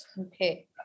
Okay